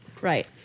Right